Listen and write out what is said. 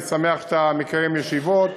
אני שמח שאתה מקיים ישיבות